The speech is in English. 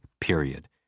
period